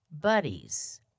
Buddies